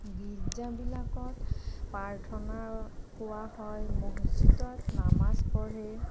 গীৰ্জাবিলাকত প্ৰাৰ্থনা কৰা হয় মচজিদত নামাজ পঢ়ে